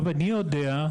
אני יודע,